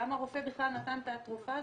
למה הרופא בכלל נתן את התרופה הזאת?